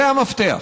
זה המפתח.